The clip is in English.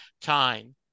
time